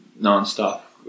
non-stop